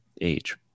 age